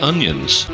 Onions